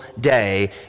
day